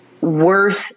worth